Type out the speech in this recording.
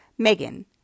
Megan